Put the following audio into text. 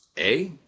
a,